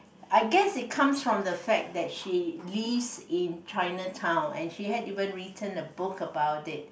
I guess it comes from the fact that she lives in China town and she had even written a book about it